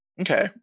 Okay